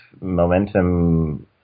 momentum